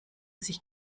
sich